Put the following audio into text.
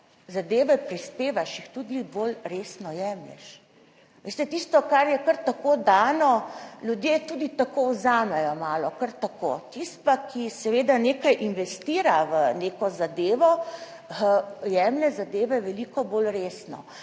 zadeve prispevaš, jih tudi bolj resno jemlješ. Veste, tisto, kar je kar tako dano, ljudje tudi tako vzamejo, malo kar tako. Tisti, ki seveda nekaj investira v neko zadevo, jemlje zadeve veliko bolj resno.